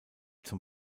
zum